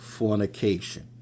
fornication